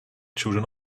children